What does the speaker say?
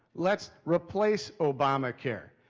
let's replace obamacare.